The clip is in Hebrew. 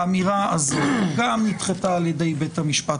האמירה הזאת גם נדחתה על ידי בית המשפט